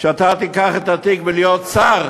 שאתה תיקח את התיק ותהיה שר.